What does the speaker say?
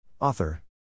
Author